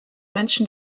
menschen